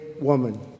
woman